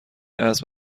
اسب